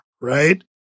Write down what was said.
right